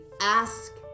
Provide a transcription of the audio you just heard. ask